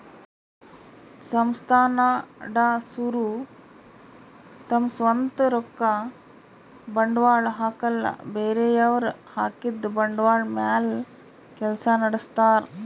ಸಂಸ್ಥಾ ನಡಸೋರು ತಮ್ ಸ್ವಂತ್ ರೊಕ್ಕ ಬಂಡ್ವಾಳ್ ಹಾಕಲ್ಲ ಬೇರೆಯವ್ರ್ ಹಾಕಿದ್ದ ಬಂಡ್ವಾಳ್ ಮ್ಯಾಲ್ ಕೆಲ್ಸ ನಡಸ್ತಾರ್